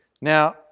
Now